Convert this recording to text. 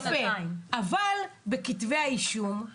יפה, אבל בכתבי האישום זה